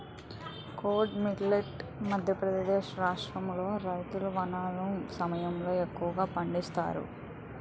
kodo millet Madhya Pradesh రాష్ట్రాములో రుతుపవనాల సమయంలో ఎక్కువగా పండిస్తారు